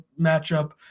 matchup